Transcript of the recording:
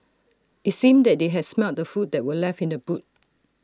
IT seemed that they had smelt the food that were left in the boot